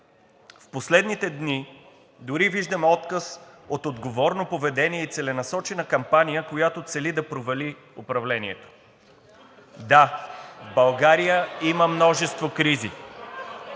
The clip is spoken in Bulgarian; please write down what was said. В последните дни дори виждаме отказ от отговорно поведение и целенасочена кампания, която цели да провали управлението. (Шум и реплики